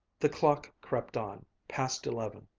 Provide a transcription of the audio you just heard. the clock crept on, past eleven,